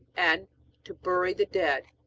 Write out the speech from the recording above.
and to bury the dead.